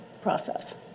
process